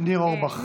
ניר אורבך.